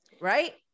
Right